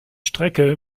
strecke